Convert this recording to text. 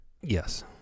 Yes